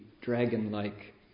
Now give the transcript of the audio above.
dragon-like